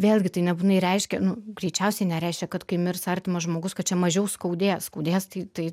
vėlgi tai nebūtinai reiškia nu greičiausiai nereiškia kad kai mirs artimas žmogus kad čia mažiau skaudės skaudės tai tai